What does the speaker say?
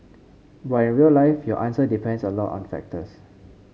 but in real life your answer depends on a lot of factors